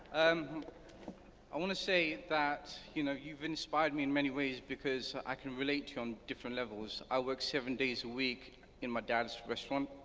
um i wanna say that you know you've inspired me in many ways, because i can relate to you on different levels. i work seven days a week in my dad's restaurant,